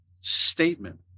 statement